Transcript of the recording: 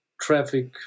traffic